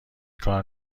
کار